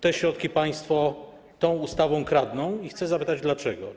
Te środki państwo przez tę ustawę kradną i chcę zapytać dlaczego.